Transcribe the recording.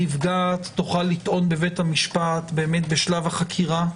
הנפגעת תוכל לטעון בבית המשפט בשלב החקירה.